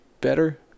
better